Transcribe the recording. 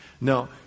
No